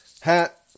hat